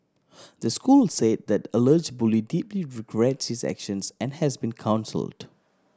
the school said that alleged bully deeply regrets his actions and has been counselled